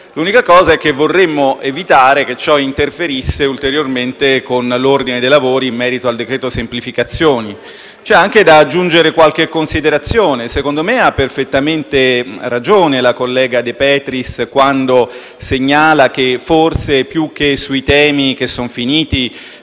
L'unica osservazione è che vorremmo evitare che ciò interferisse ulteriormente con l'ordine dei lavori in merito al decreto semplificazioni. C'è anche da aggiungere qualche considerazione. Secondo me ha perfettamente ragione la collega De Petris quando segnala che, forse, più che sui temi che sono finiti,